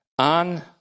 On